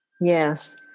Yes